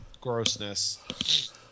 grossness